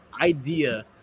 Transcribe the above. idea